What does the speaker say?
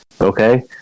Okay